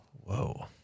Whoa